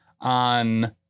on